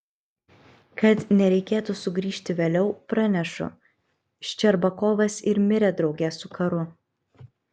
kad nereikėtų sugrįžti vėliau pranešu ščerbakovas ir mirė drauge su karu